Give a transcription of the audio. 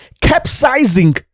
capsizing